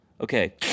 Okay